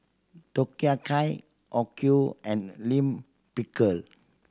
Takoyaki Okayu and Lime Pickle